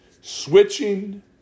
Switching